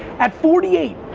at forty eight,